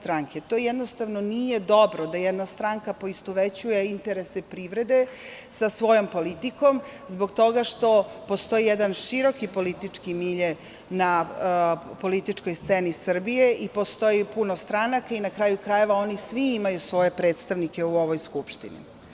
To jednostavno nije dobro da jedna stranka poistovećuje interese privrede sa svojom politikom zbog toga što postoji jedan široki politički milje na političkoj sceni Srbije i postoji puno stranaka i oni svi imaju svoje predstavnike u ovoj Skupštini.